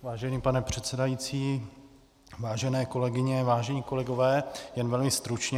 Vážený pane předsedající, vážené kolegyně, vážení kolegové, jen velmi stručně.